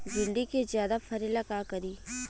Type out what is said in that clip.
भिंडी के ज्यादा फरेला का करी?